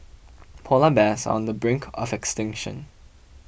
Polar Bears on the brink are of extinction